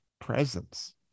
presence